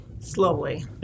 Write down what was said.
Slowly